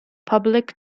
public